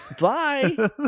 Bye